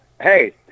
Hey